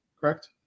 correct